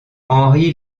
henri